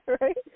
Right